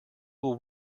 will